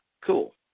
Cool